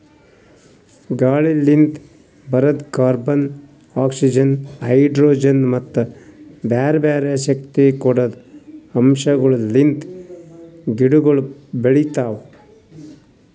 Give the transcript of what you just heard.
ಗಾಳಿಲಿಂತ್ ಬರದ್ carbon, oxygen, hydrogen ಮತ್ತ ಬ್ಯಾರೆ ಬ್ಯಾರೆ ಶಕ್ತಿ ಕೊಡದ್ ಅಂಶಗೊಳ್ ಲಿಂತ್ ಗಿಡಗೊಳ್ ಬೆಳಿತಾವ್